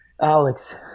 Alex